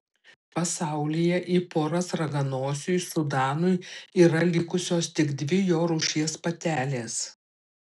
pasaulyje į poras raganosiui sudanui yra likusios tik dvi jo rūšies patelės